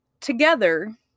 together